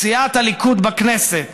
סיעת הליכוד בכנסת,